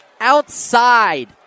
outside